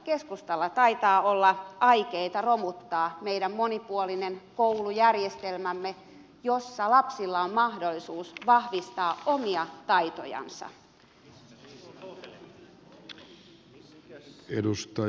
keskustalla taitaa olla aikeita romuttaa meidän monipuolinen koulujärjestelmämme jossa lapsilla on mahdollisuus vahvistaa omia taitojansa